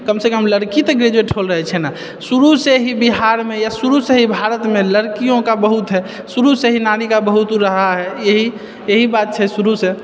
कमसँ कम लड़की तऽ ग्रेजूएट होल रहै छै ने शुरू से ही बिहारमे या शुरू से ही भारतमे लड़कियों का बहुत है शुरू से ही नानी का बहुत उड़ रहा है यही यही बात छै शुरूसँ